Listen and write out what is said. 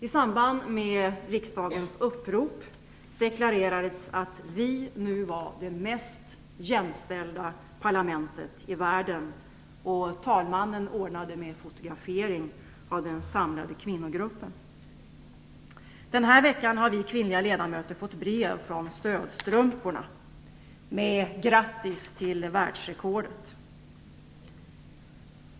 I samband med riksdagens upprop deklarerades att vi nu var det mest jämställda parlamentet i världen. Och talmannen ordnade med fotografering av den samlade kvinnogruppen. Den här veckan har vi kvinnliga ledamöter fått brev från Stödstrumporna med ett grattis till världsrekordet.